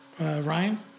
Ryan